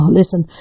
listen